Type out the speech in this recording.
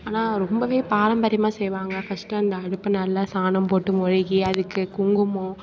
ஆனால் ரொம்பவே பாரம்பரியமாக செய்வாங்க ஃபர்ஸ்ட் அந்த அடுப்பு நல்லா சாணம் போட்டு மெழுகி அதுக்கு குங்குமம்